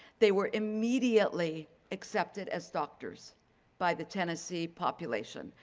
they were immediately accepted as doctors by the tennessee population,